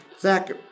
Zach